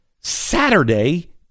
Saturday